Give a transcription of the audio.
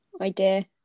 idea